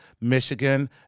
Michigan